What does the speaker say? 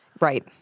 Right